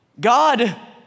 God